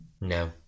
No